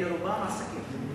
הם רובם עסקים.